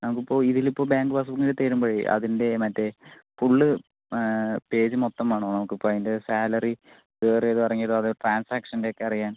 നമുക്കിപ്പോൾ ഇതിലിപ്പോൾ ബാങ്ക് പാസ്ബുക്കിൻ്റെ തരുമ്പോഴേ അതിൻ്റെ മറ്റേ ഫുൾ പേജ് മൊത്തം വേണോ നമുക്കിപ്പോൾ അതിൻ്റെ സാലറി കയറിയത് അറിയാൻ ട്രാൻസാൻഷനൊക്കെ അറിയാൻ